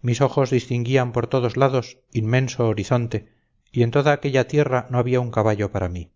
mis ojos distinguían por todos lados inmenso horizonte y en toda aquella tierra no había un caballo para mí